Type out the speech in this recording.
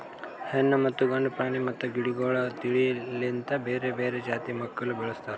ಹೆಣ್ಣು ಮತ್ತ ಗಂಡು ಪ್ರಾಣಿ ಮತ್ತ ಗಿಡಗೊಳ್ ತಿಳಿ ಲಿಂತ್ ಬೇರೆ ಬೇರೆ ಜಾತಿ ಮಕ್ಕುಲ್ ಬೆಳುಸ್ತಾರ್